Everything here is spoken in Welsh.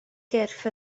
gyrff